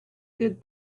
good